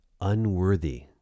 unworthy